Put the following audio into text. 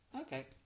Okay